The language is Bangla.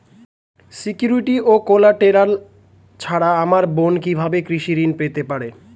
সিকিউরিটি ও কোলাটেরাল ছাড়া আমার বোন কিভাবে কৃষি ঋন পেতে পারে?